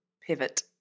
Pivot